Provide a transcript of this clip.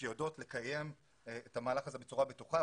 שיודעת לקיים את המהלך הזה בצורה בטוחה